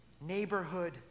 neighborhood